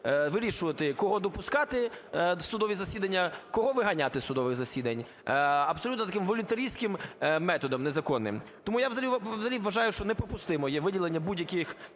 вирішувати, кого допускати в судові засідання, кого виганяти із судових засідань. Абсолютно таким волюнтаристським методом незаконним. Тому я взагалі вважаю, що неприпустимо є виділення будь-яких